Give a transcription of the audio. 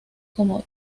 como